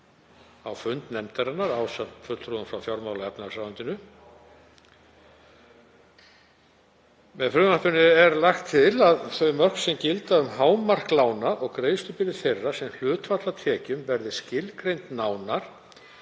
á fund nefndarinnar ásamt fulltrúum frá fjármála- og efnahagsráðuneytinu. Með frumvarpinu er lagt til að þau mörk sem gilda um hámark lána og greiðslubyrði þeirra sem hlutfall af tekjum verði skilgreind nánar